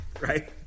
right